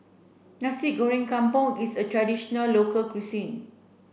Nasi Goreng Kampung is a traditional local cuisine